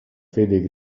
fede